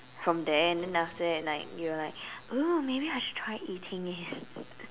from there and then after that like you are like maybe !woo! maybe I should try eating it